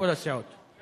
כל הסיעות.